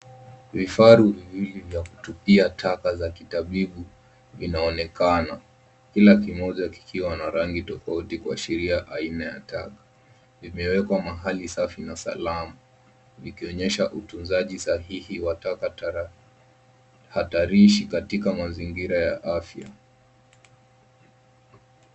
Vifaru viwili vya kutupia taka za kitabibu, vinaonekana. Kila kimoja kikiwa na rangi tofauti kuashiria aina ya taka. Vimewekwa mahali safi na salama. Ikionyesha utunzaji sahihi wa taka hatarishi katika mazingira ya afya.